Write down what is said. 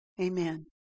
Amen